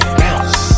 bounce